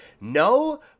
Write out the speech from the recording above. no